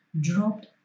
dropped